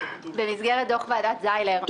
במסגרת דוח ועדת זיילר,